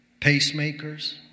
pacemakers